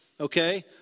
okay